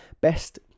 best